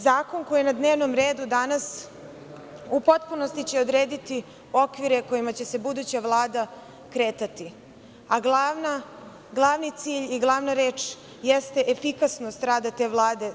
Zakon koji je na dnevnom redu danas u potpunosti će odrediti okvire kojima će se buduća Vlada kretati, a glavni cilj i glavna reč jeste efikasnost rada te Vlade.